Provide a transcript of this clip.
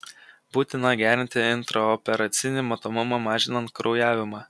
būtina gerinti intraoperacinį matomumą mažinant kraujavimą